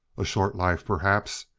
a short life, perhaps,